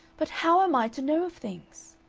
but how am i to know of things?